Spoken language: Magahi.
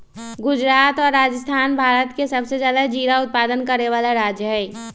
गुजरात और राजस्थान भारत के सबसे ज्यादा जीरा उत्पादन करे वाला राज्य हई